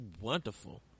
wonderful